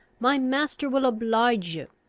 my master will oblige you.